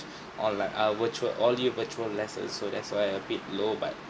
or like a virtual only virtual lessons so that's why a bit low but